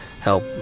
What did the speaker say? help